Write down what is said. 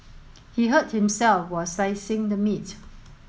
he hurt himself while slicing the meat